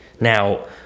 Now